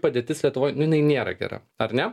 padėtis lietuvoj nėra gera ar ne